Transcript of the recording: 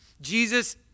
Jesus